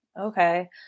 Okay